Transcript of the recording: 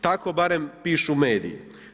Tako barem pišu mediji.